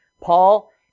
Paul